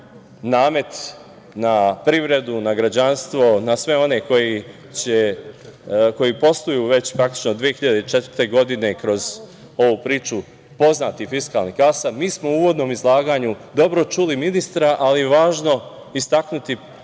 namet na privredu, na građanstvo, na sve one koji posluju već praktično 2004. godine kroz ovu priču poznatih fiskalnih kasa. Mi smo u uvodnom izlaganju dobro čuli ministra, ali je važno istaknuti